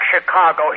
Chicago